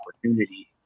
opportunity